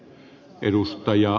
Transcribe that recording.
arvoisa puhemies